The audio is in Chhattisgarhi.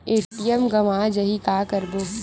ए.टी.एम गवां जाहि का करबो?